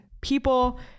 people